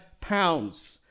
pounds